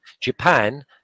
Japan